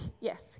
yes